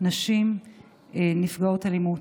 "נשים נפגעות אלימות".